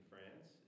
France